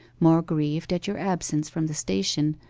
more grieved at your absence from the station,